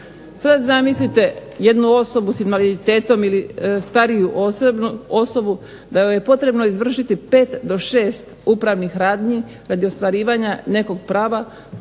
Sad zamislite jednu osobu s invaliditetom ili stariju osobu da joj je potrebno izvršiti 5 do 6 upravnih radnji radi ostvarivanja nekog prava,